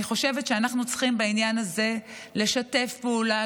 אני חושבת שאנחנו צריכים בעניין הזה לשתף פעולה,